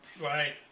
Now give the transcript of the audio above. Right